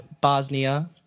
Bosnia